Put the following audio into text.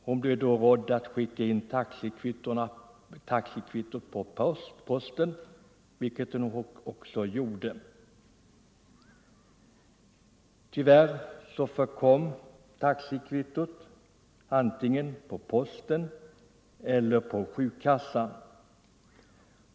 Hon blev rådd att skicka in taxikvittot per post, vilket hon också gjorde. Tyvärr förkom taxikvittot, antingen på posten eller på försäkringskassan.